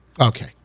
Okay